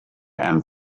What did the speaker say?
and